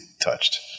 touched